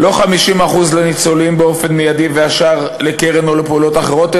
לא 50% לניצולים באופן מיידי והשאר לקרן או לפעולות אחרות,